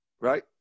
Right